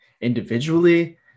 individually